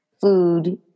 food